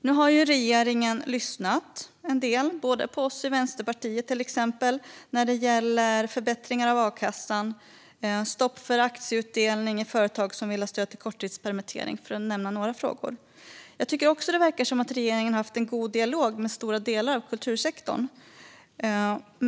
Nu har regeringen lyssnat en del på oss i Vänsterpartiet, till exempel när det gäller förbättringar av a-kassan och stopp för aktieutdelning i företag som vill ha stöd för korttidspermittering - för att nämna ett par frågor. Jag tycker också att det verkar som att regeringen har haft en god dialog med stora delar av kultursektorn.